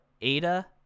Ada